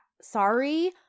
sorry